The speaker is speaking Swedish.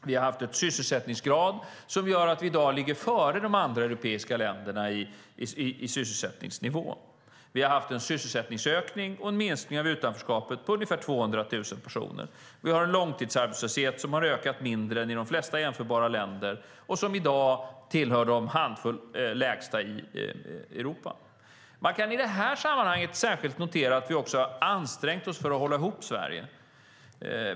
Vi har haft en sysselsättningsgrad som gör att vi i dag ligger före de andra europeiska länderna i sysselsättningsnivå. Vi har haft en sysselsättningsökning och en minskning av utanförskapet med ungefär 200 000 personer. Vi har en långtidsarbetslöshet som ökat mindre än i de flesta jämförbara länder, och i dag tillhör vi den handfull länder som har den lägsta nivån i Europa. Man kan i det här sammanhanget särskilt notera att vi ansträngt oss för att hålla ihop Sverige.